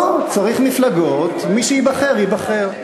לא, צריך מפלגות, מי שייבחר ייבחר.